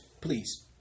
please